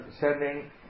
sending